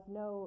no